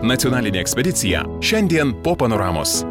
nacionalinė ekspedicija šiandien po panoramos